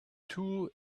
too